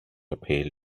appeal